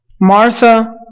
Martha